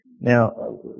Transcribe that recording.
Now